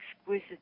exquisite